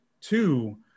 two